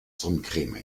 sonnencreme